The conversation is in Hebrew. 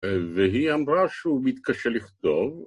‫והיא אמרה שהוא מתקשה לכתוב.